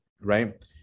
right